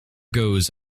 goes